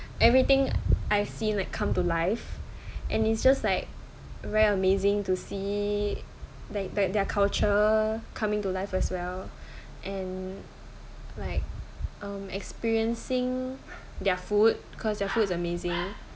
everything I've seen like come to life and it's just like very amazing to see like their culture coming to life as well and like um experiencing their food cause their food is amazing